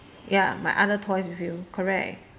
ya my other toys with you correct